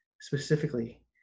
specifically